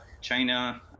China